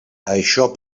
això